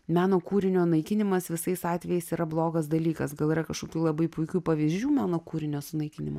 meno kūrinio naikinimas visais atvejais yra blogas dalykas gal yra kažkokių labai puikių pavyzdžių meno kūrinio sunaikinimo